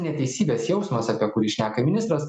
neteisybės jausmas apie kurį šneka ministras